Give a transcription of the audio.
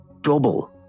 double